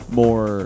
more